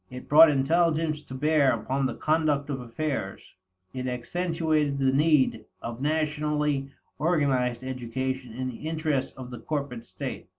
it brought intelligence to bear upon the conduct of affairs it accentuated the need of nationally organized education in the interests of the corporate state.